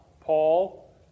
Paul